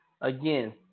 again